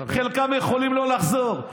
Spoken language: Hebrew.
חלקם יכולים לא לחזור.